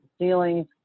ceilings